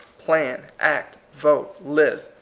plan, act, vote, live,